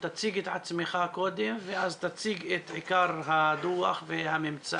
תציג את עצמך ואז תציג את עיקר הדוח והממצאים